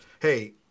hey